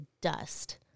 dust